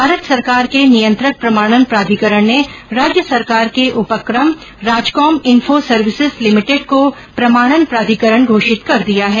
भारत सरकार के नियत्रंक प्रमाणन प्राधिकरण ने राज्य सरकार के उपक्रम राजकॉम्प इन्फो सर्विसेज लि को प्रमाणन प्राधिकरण घोषित कर दिया है